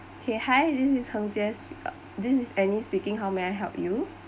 okay hi this is this is anny speaking how may I help you